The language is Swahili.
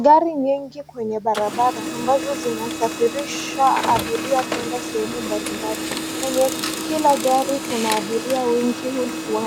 Magari nyingi kwenye barabara ambazo zinasafirisha abiria kwenda sehemu mbalimbali. Kwenye kila gari kuna abira wengi